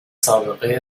سابقه